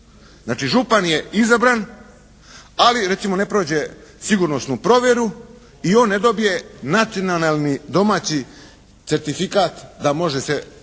Znači župan je izabran, ali recimo ne prođe sigurnosnu provjeru i on ne dobije nacionalni domaći certifikat da može